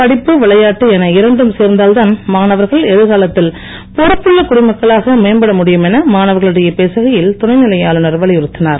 படிப்பு விளையாட்டு என இரண்டும் சேர்ந்தால் தான் மாணவர்கள் எதிர்காலத்தில் பொறுப்புள்ள குடிமக்களாக மேம்பட முடியும் என மாணவர்களிடையே பேசுகையில் துணைநிலை ஆளுநர் வலியுறுத்தினார்